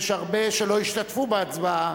יש הרבה שלא השתתפו בהצבעה.